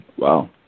Wow